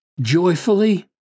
joyfully